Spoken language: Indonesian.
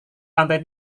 lantai